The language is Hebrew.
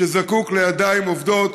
שזקוק לידיים עובדות,